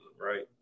right